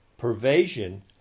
pervasion